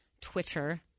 Twitter